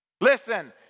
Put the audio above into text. Listen